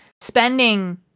spending